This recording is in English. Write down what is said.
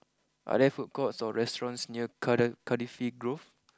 are there food courts or restaurants near Cardifi Grove